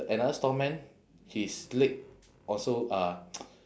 another storeman his leg also uh